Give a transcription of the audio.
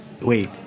Wait